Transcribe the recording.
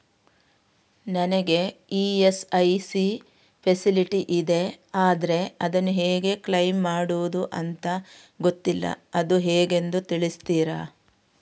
ನನಗೆ ESIC facility ಇದೆ ಆದ್ರೆ ಅದನ್ನು ಹೇಗೆ ಕ್ಲೇಮ್ ಮಾಡೋದು ಅಂತ ಗೊತ್ತಿಲ್ಲ ಅದು ಹೇಗೆಂದು ತಿಳಿಸ್ತೀರಾ?